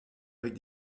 avec